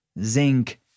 zinc